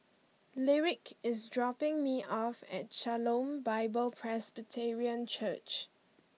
Lyric is dropping me off at Shalom Bible Presbyterian Church